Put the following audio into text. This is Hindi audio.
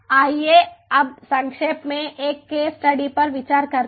आइए अब संक्षेप में एक केस स्टडी पर विचार करते हैं